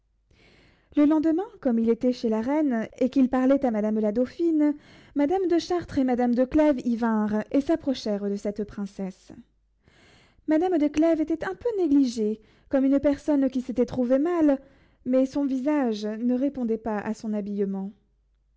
le lendemain comme il était chez la reine et qu'il parlait à madame la dauphine madame de chartres et madame de clèves y vinrent et s'approchèrent de cette princesse madame de clèves était un peu négligée comme une personne qui s'était trouvée mal mais son visage ne répondait pas à son habillement